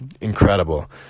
incredible